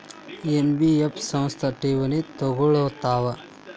NBF ಸಂಸ್ಥಾ ಠೇವಣಿ ತಗೋಳ್ತಾವಾ?